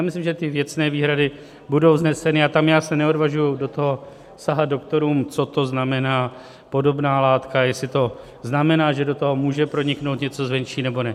Myslím, že ty věcné výhrady budou vzneseny, a tam já se neodvažuji do toho sahat doktorům, co znamená podobná látka, jestli to znamená, že do toho může proniknout něco zvenčí, nebo ne.